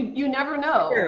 you never know.